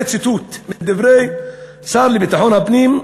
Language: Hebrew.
זה ציטוט מדברי השר לביטחון הפנים.